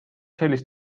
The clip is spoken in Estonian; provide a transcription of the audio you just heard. sellist